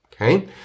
Okay